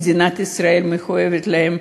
מדינת ישראל מחויבת להם.